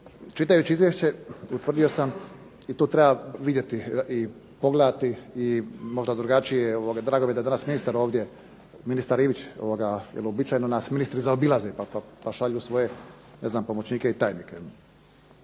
Čitajući izvješće utvrdio sam i tu treba vidjeti i pogledati i možda drugačije, drago mi je da je danas ministar ovdje, ministar Ivić jer uobičajeno nas ministri zaobilaze pa šalju svoje pomoćnike i tajnike.